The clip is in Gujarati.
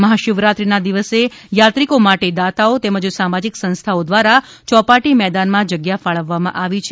મહાશિવરાત્રીના દિવસે યાત્રિકો માટે દાતાઓ તેમજ સામાજિક સંસ્થાઓ દ્વારા ચોપાટી મેદાનમાં જગ્યા ફાળવવામાં આવી છે